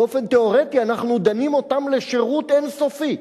באופן תיאורטי אנחנו דנים אותם לשירות אין-סופי,